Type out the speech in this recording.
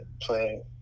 playing